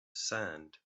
sand